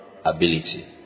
ability